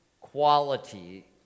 quality